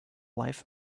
life